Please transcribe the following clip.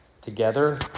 together